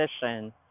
position